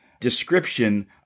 description